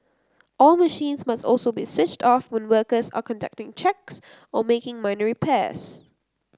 all machines must also be switched off when workers are conducting checks or making minor repairs